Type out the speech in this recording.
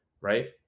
right